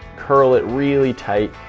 curl it really tight,